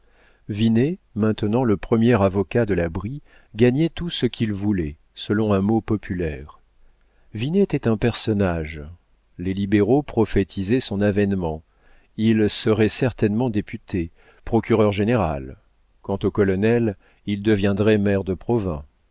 maintenant le premier avocat de la brie gagnait tout ce qu'il voulait selon un mot populaire vinet était un personnage les libéraux prophétisaient son avénement il serait certainement député procureur-général quant au colonel il deviendrait maire de provins